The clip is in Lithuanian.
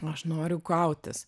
aš noriu kautis